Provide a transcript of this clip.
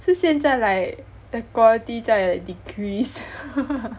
是现在 like the quality 在 like decrease